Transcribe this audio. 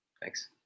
Thanks